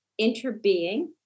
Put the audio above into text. interbeing